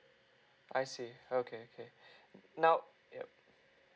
I see okay okay now yup